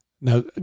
Now